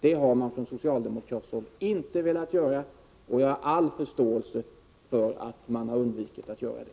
Det har man från socialdemokratiskt håll inte velat göra, och jag har all förståelse för att man har undvikit det.